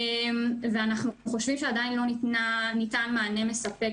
ואנחנו חושבים שעדיין לא ניתן מענה מספק